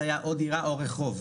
זה היה או דירה או רחוב,